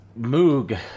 Moog